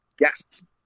Yes